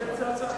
אני מציע.